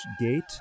gate